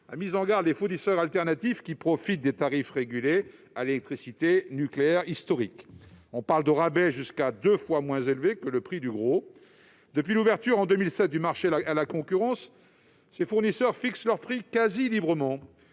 a mis en garde les fournisseurs alternatifs qui profitent de l'accès régulé à l'électricité nucléaire historique (Arenh). On parle de rabais jusqu'à deux fois moins élevés que le prix de gros. Depuis l'ouverture du marché à la concurrence, en 2007, ces fournisseurs fixent leurs prix quasi librement.